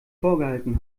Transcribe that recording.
vorgehalten